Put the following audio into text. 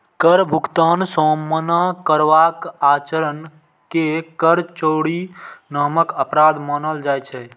कर भुगतान सं मना करबाक आचरण कें कर चोरी नामक अपराध मानल जाइ छै